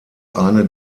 eine